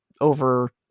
over